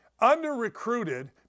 under-recruited